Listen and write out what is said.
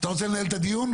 אתה רוצה לנהל את הדיון?